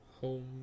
Home